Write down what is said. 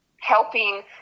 helping